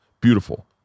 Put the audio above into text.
Beautiful